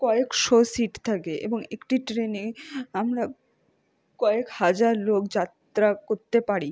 কয়েকশো সিট থাকে এবং একটি ট্রেনে আমরা কয়েক হাজার লোক যাত্রা করতে পারি